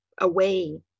away